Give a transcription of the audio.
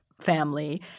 family